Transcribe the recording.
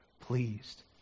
pleased